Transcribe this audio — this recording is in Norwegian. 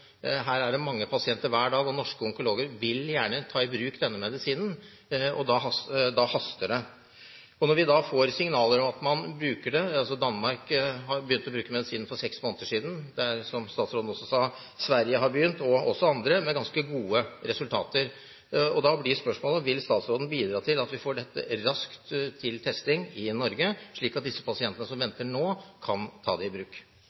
Her er det mange pasienter hver dag, norske onkologer vil gjerne ta i bruk denne medisinen, og da haster det. Når vi så får signaler om at man bruker denne medisinen med ganske gode resultater – Danmark begynte å bruke den for seks måneder siden, som også statsråden sa, Sverige har begynt, og også andre – da blir spørsmålet: Vil statsråden bidra til at vi får dette raskt til testing i Norge, slik at de pasientene som venter nå, kan ta det i bruk?